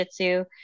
jujitsu